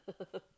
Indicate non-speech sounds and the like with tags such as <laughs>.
<laughs>